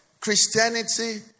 Christianity